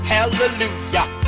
Hallelujah